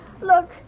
Look